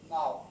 Now